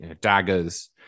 daggers